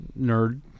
nerd